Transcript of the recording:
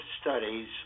studies